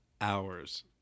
hours